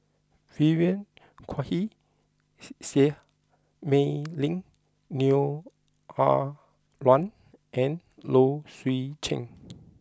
Vivien Quahe Seah Mei Lin Neo Ah Luan and Low Swee Chen